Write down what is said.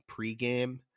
pregame